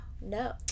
No